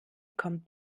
kommt